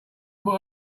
put